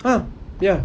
!huh! ya